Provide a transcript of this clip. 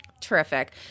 Terrific